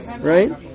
right